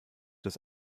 das